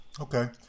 Okay